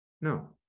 No